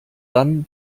dann